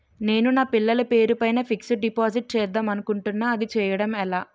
నేను నా పిల్లల పేరు పైన ఫిక్సడ్ డిపాజిట్ చేద్దాం అనుకుంటున్నా అది చేయడం ఎలా?